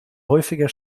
häufiger